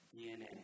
DNA